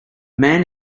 man